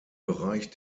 bereich